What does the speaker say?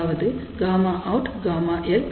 அதாவது Γout ΓL 1